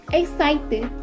excited